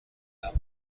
out